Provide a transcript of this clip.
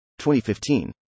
2015